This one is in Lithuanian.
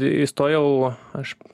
įstojau aš